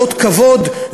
לאות כבוד,